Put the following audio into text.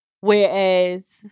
Whereas